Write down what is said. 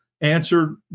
answered